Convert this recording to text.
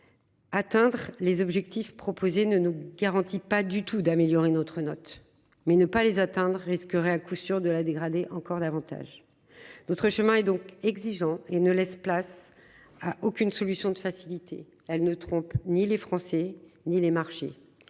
Atteindre les objectifs proposés ne nous garantit pas du tout d'améliorer notre notre mais ne pas les atteindre risquerait à coup sûr de la dégrader encore davantage. Notre chemin et donc exigeant et ne laisse place à aucune solution de facilité. Elle ne trompe ni les Français ni les marchés.